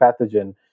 pathogen